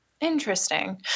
Interesting